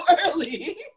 early